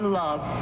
love